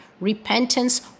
repentance